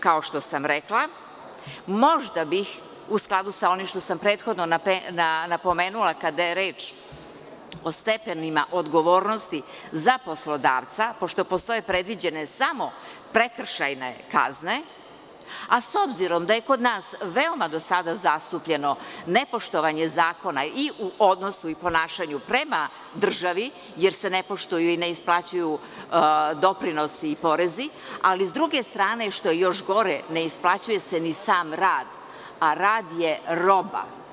Kao što sam rekla, možda bih u skladu sa onim što sam prethodno napomenula kada je reč o stepenima odgovornosti za poslodavca, pošto postoje predviđene samo prekršajne kazne, a s obzirom da je kod nas veoma do sada zastupljeno ne poštovanje zakona i u odnosu i ponašanju prema državi jer se ne poštuju i ne isplaćuju doprinosi i porezi ali s druge strane što je još gore ne isplaćuje se ni sam rad, a rad je roba.